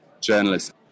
journalists